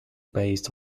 based